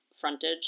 frontage